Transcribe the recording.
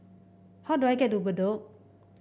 how do I get to Bedok